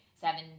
seven